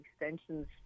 Extension's